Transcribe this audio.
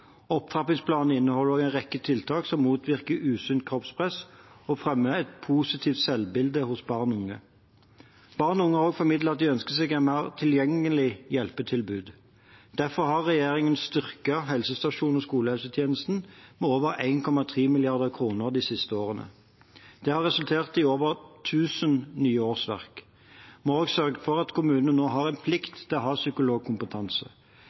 Opptrappingsplanen inneholder også en rekke tiltak som motvirker usunt kroppspress og fremmer et positivt selvbilde hos barn og unge. Barn og unge har også formidlet at de ønsker seg et mer tilgjengelig hjelpetilbud. Derfor har regjeringen styrket helsestasjons- og skolehelsetjenesten med over 1,3 mrd. kr de siste årene. Det har resultert i over 1 000 nye årsverk. Vi har også sørget for at kommunene nå har en plikt til å ha psykologkompetanse.